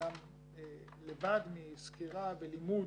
היעד לשנה הקרובה הוא להגיע ל-20%